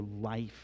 life